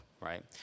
right